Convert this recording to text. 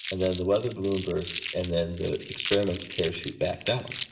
and then the weather balloon bursts and then the experiments parachute back down.